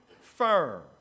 firm